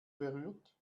berührt